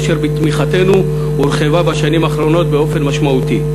אשר בתמיכתנו הורחבה בשנים האחרונות באופן משמעותי.